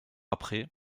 après